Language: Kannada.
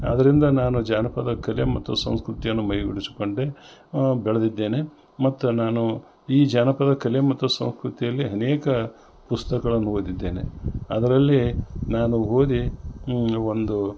ಅದರಿಂದ ನಾನು ಜಾನಪದ ಕಲೆ ಮತ್ತು ಸಂಸ್ಕೃತಿ ಮೈಗೂಡಿಸಿಕೊಂಡೆ ಬೆಳ್ದಿದ್ದೇನೆ ಮತ್ತು ನಾನು ಈ ಜಾನಪದ ಕಲೆ ಮತ್ತು ಸಂಸ್ಕೃತಿಯಲ್ಲಿ ಅನೇಕ ಪುಸ್ತಕಗಳನ್ನು ಓದಿದ್ದೇನೆ ಅದರಲ್ಲಿ ನಾನು ಓದಿ ಒಂದು